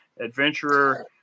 adventurer